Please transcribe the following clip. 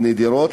נדירות,